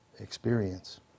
experience